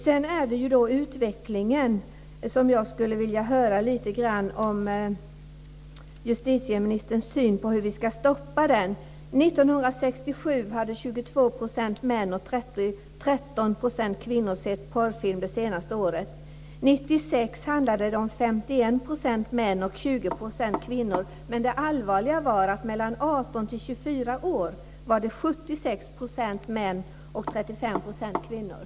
Sedan skulle jag vilja höra lite grann om hur justitieministern anser att vi ska stoppa utvecklingen. År kvinnor. Men det allvarliga är att i åldern 18-24 år var det 76 % män och 35 % kvinnor.